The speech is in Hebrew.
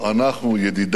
ידידיו,/